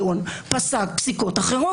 כך נוצרו התוספות הרחבות מאוד האלה.